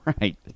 Right